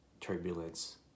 turbulence